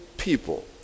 people